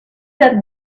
that